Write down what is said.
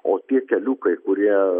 o tie keliukai kurie